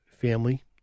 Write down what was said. Family